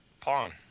Pawn